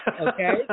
okay